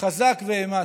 חזק ואמץ.